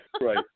right